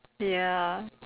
ya